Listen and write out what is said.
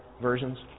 versions